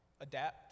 Adapt